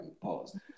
Pause